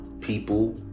people